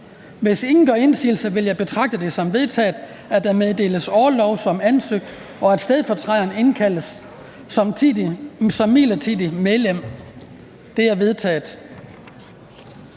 Hvis ingen gør indsigelse, vil jeg betragte det som vedtaget, at der meddeles orlov som ansøgt, og at stedfortræderen indkaldes som midlertidigt medlem. Det er vedtaget.